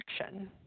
action